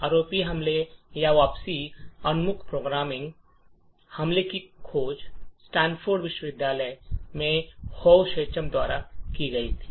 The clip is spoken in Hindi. ROP हमले या वापसी उन्मुख प्रोग्रामिंग हमले की खोज स्टैनफोर्ड विश्वविद्यालय में होव शेचम द्वारा की गई थी